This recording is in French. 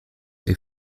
est